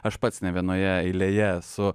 aš pats ne vienoje eilėje esu